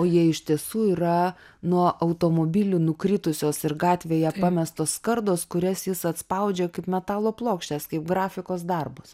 o jie iš tiesų yra nuo automobilių nukritusios ir gatvėje pamestos skardos kurias jis atspaudžia kaip metalo plokštes kaip grafikos darbus